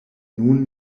nun